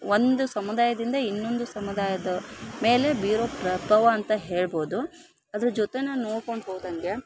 ಒಂದು ಸಮುದಾಯದಿಂದ ಇನ್ನೊಂದು ಸಮುದಾಯದ ಮೇಲೆ ಬೀರೊ ಪ್ರಭಾವ ಅಂತ ಹೇಳ್ಬೋದು ಅದ್ರ ಜೊತೆನ ನೋಡ್ಕೊಂಡು ಹೋದಂಗೆ